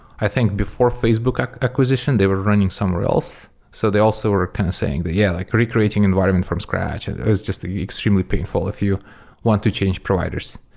i think before facebook acquisition, they were running somewhere else. so they also were kind of saying that, yeah, like recreating environment from scratch. and it was just extremely painful if you want to change providers.